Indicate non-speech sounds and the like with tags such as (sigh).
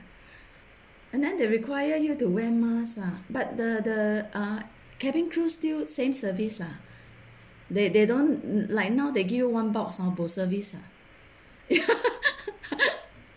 and then they require you to wear mask ah but the the ah cabin crew still same service lah they they don't like now they give you one box hor bo service lah (noise)